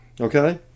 okay